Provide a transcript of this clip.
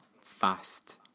fast